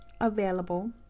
available